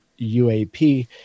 UAP